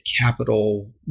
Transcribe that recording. capital